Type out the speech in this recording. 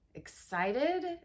Excited